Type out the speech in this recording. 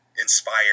inspired